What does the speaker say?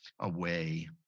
away